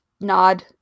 nod